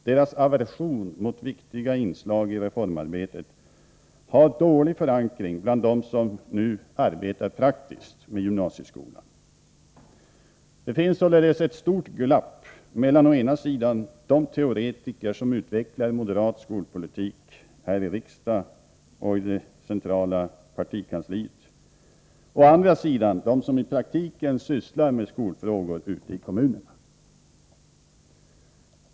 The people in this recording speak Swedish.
Deras aversion mot viktiga inslag i reformarbetet har dålig förankring bland dem som nu arbetar praktiskt med gymnasieskolan. Det finns således ett stort glapp mellan å ena sidan de teoretiker som utvecklar en moderat skolpolitik här i riksdagen och i det centrala partikansliet och å andra sidan dem som i praktiken sysslar med skolfrågor ute i kommunerna.